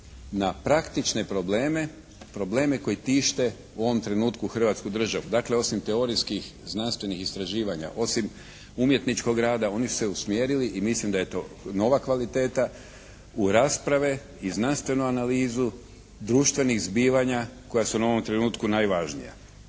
na praktične probleme, probleme koji tiše u ovom trenutku Hrvatsku državu. Dakle, osim teorijskih, znanstvenih istraživanja, osim umjetničkog rada oni su se usmjerili i mislim da je to nova kvaliteta u rasprave i znanstvenu analizu društvenih zbivanja koja su nam u ovom trenutku najvažnija.